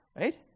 right